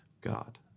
God